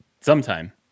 Sometime